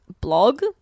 blog